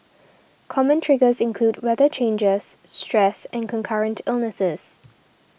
common triggers include weather changers stress and concurrent illnesses